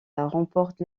remporte